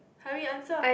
hurry answer